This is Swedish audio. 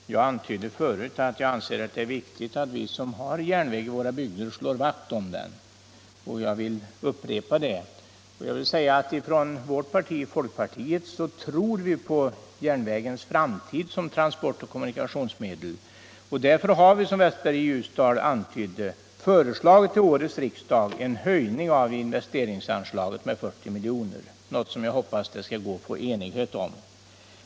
Herr talman! Jag antydde förut att jag anser att det är viktigt att vi Torsdagen den som har en järnväg i våra bygder slår vakt om denna. Jag vill upprepa 12 februari 1976 det. Inom folkpartiet tror vi på järnvägens framtid som transport och — i kommunikationsmedel. Därför har vi, som herr Westberg i Ljusdal sade, Om nedläggning av föreslagit årets riksdag en höjning av investeringsanslaget med 40 milj. — järnvägslinjer, kr., ett förslag som jag hoppas att det skall gå att nå enighet om.m.m.